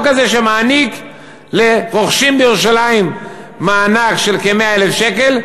הזה שמעניק לרוכשים בירושלים מענק של כ-100,000 שקל,